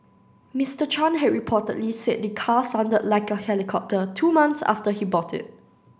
Mister Chan had reportedly said the car sounded like a helicopter two months after he bought it